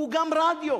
הוא גם רדיו.